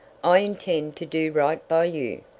i intend to do right by you.